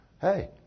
Hey